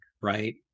right